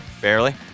barely